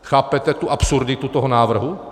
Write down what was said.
Chápete tu absurditu toho návrhu?